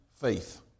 faith